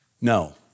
No